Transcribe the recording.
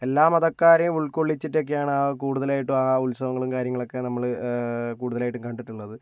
എല്ലാ മതക്കാരെയും ഉൾക്കൊള്ളിച്ചിട്ടൊക്കെയാണ് ആ കൂടുതലായിട്ടും ആ ഉത്സവങ്ങളും കാര്യങ്ങളൊക്കെ നമ്മള് കൂടുതലായിട്ടും കണ്ടിട്ടുള്ളത്